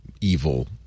evil